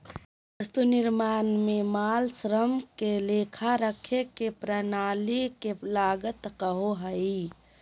वस्तु निर्माण में माल, श्रम के लेखा रखे के प्रणाली के लागत कहो हइ